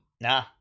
Nah